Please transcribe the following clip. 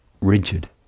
rigid